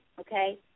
okay